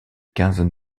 quinzaine